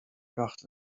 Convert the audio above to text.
brocht